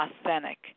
authentic